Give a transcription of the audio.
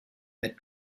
mit